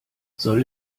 soll